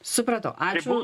supratau ačiū